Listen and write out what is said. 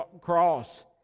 cross